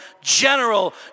General